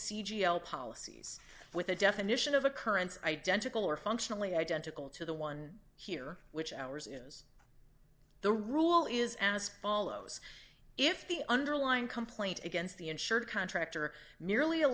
c g l policies with the definition of occurrence identical or functionally identical to the one here which ours is the rule is as follows if the underlying complaint against the insured contractor merely a